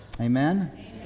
Amen